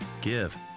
give